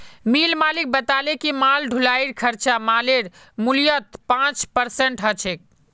मिल मालिक बताले कि माल ढुलाईर खर्चा मालेर मूल्यत पाँच परसेंट ह छेक